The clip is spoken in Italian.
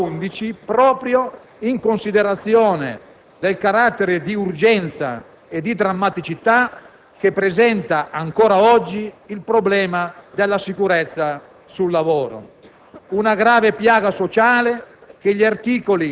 contenute negli articoli da 2 a 11 -, in considerazione del carattere di urgenza e di drammaticità che presenta il problema della sicurezza sul lavoro.